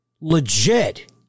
legit